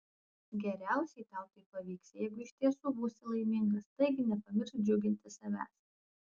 geriausiai tau tai pavyks jeigu iš tiesų būsi laimingas taigi nepamiršk džiuginti savęs